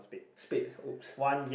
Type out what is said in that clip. spades oops